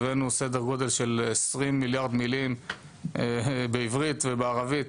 הבאנו סדר-גודל של 20 מיליארד מילים בעברית ובערבית